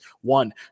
One